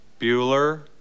Bueller